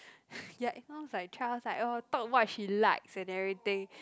ya it sounds like child's like oh talk what she likes and everything